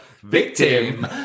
victim